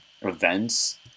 events